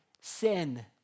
sin